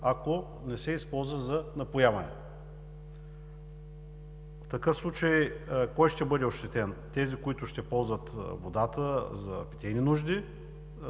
ако не се използва за напояване. В такъв случай кой ще бъде ощетен? Тези, които ще ползват водата за питейни нужди